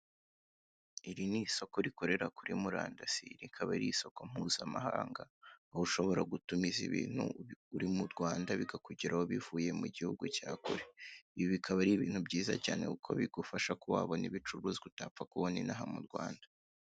Iri ni isoko rikorera kuri murandasi rikaba ari isoko mpuzamahanga aho ushobora gutumiza ibintu uri mu Rwanda bikakugeraho bivuye mu gihugu cya kure. Ibi bikaba ari ibintu byiza cyane kuko bigufasha kuba wabona ibicuruzwa utapfa kubona inaha mu Rwanda.